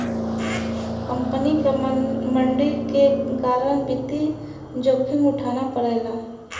company क मंदी के कारण वित्तीय जोखिम उठाना पड़ला